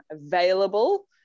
available